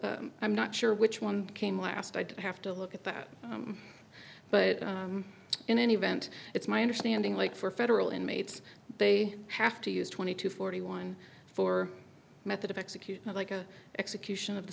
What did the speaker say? i'm not sure which one came last i'd have to look at that but in any event it's my understanding like for federal inmates they have to use twenty to forty one for a method of execution like a execution of the